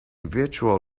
virtual